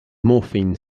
morphine